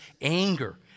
anger